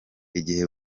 igihe